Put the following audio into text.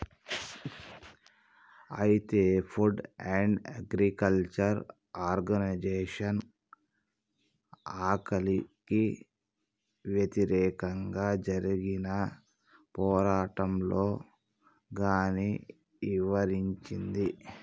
అయితే food and agriculture organisation ఆకలికి వ్యతిరేకంగా జరిగిన పోరాటంలో గాన్ని ఇవరించింది